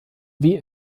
wie